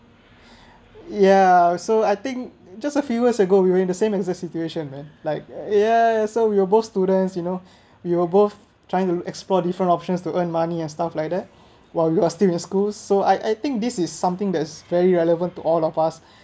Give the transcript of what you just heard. ya so I think just a few years ago we were in the same as the situation man like ya so we were both students you know we were both trying to explore different options to earn money and stuff like that while you are still in school so I I think this is something that is very relevant to all of us